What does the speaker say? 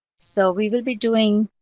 so we will be doing,